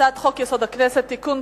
הצעת חוק-יסוד: הכנסת (תיקון,